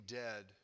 dead